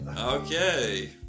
Okay